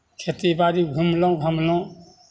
खेतीबाड़ी घुमलहुँ घामलहुँ